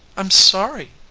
i'm sorry.